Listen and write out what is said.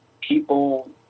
people